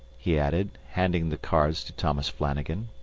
he added, handing the cards to thomas flanagan.